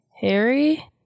Harry